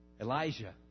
Elijah